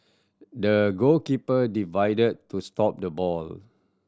the goalkeeper divided to stop the ball